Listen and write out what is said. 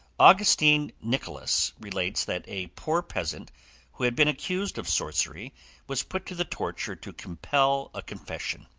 augustine nicholas relates that a poor peasant who had been accused of sorcery was put to the torture to compel a confession.